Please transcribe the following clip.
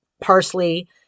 parsley